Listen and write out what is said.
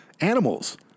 Animals